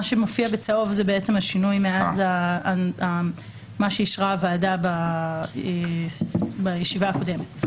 מה שמופיע בצהוב זה השינוי אחרי אישור הוועדה בישיבה הקודמת.